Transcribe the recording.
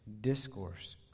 discourse